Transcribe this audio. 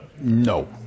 No